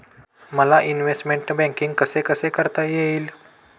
मला investment banking कसे कसे करता येईल?